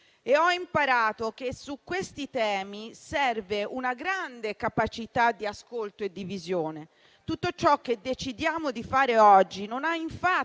imparando che su questi temi serve una grande capacità di ascolto e di visione. Tutto ciò che decidiamo di fare oggi non ha infatti